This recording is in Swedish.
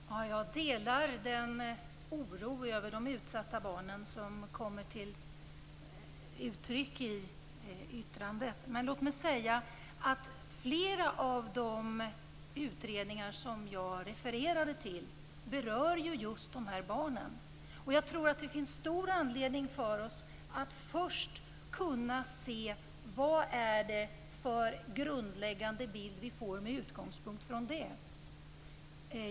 Herr talman! Jag delar den oro över de utsatta barnen som kommer till uttryck i yttrandet. Men låt mig säga att flera av de utredningar som jag refererade till berör ju just dessa barn. Och jag tror att det finns stor anledning för oss att först kunna se vad det är för grundläggande bild vi får med utgångspunkt i det.